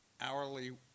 hourly